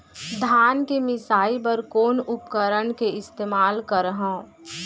धान के मिसाई बर कोन उपकरण के इस्तेमाल करहव?